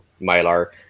Mylar